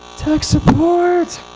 tech support?